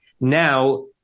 Now